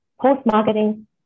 post-marketing